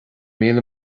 míle